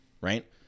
right